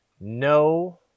no